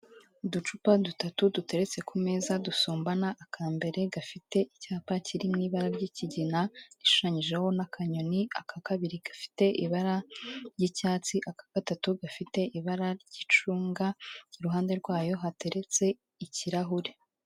Uducupa dutatu duteretse ku meza dusumbana, aka mbere gafite icyapa kiri mu ibara ry'ikigina gishushanyijeho n'akanyoni, aka kabiri gafite ibara ry'icyatsi, aka gatatu gafite ibara ry'icunga, iruhande rwayo hateretse ikirahure.